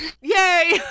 yay